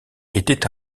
était